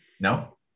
no